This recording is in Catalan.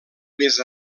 més